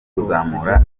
kuzamura